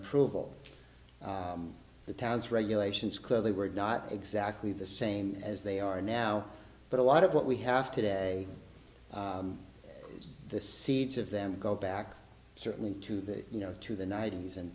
approval the town's regulations clearly were not exactly the same as they are now but a lot of what we have today is the seeds of them go back certainly to the you know to the ninety's and